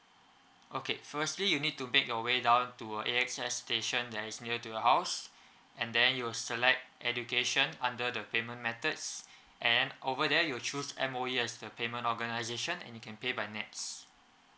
okay firstly you need to make your way down to a A_X_S station that is near to your house and then you'll select education under the payment methods and over there you'll choose M_O_E as the payment organisation and you can pay by nets